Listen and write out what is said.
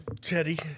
Teddy